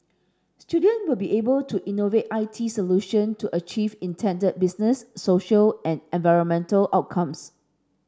student will be able to innovate I T solution to achieve intended business social and environmental outcomes